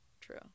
True